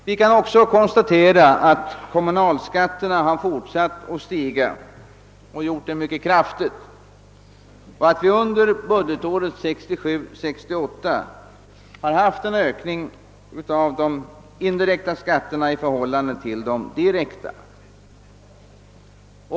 Vidare kan vi konstatera att kommunalskatterna har fortsatt att stiga mycket kraftigt samt att vi under budgetåret 1967/68 har haft en ökning av de indirekta skatterna i förhållande till de direkta.